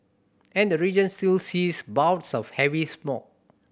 and the region still sees bouts of heavy smog